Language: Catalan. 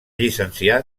llicenciar